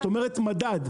את אומרת מדד.